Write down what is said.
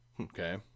okay